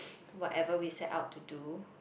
whatever we set out to do